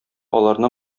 аларны